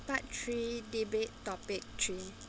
part three debate topic three